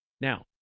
Now